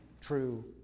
true